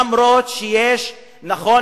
אף שנכון,